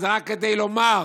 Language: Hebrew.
זה רק כדי לומר: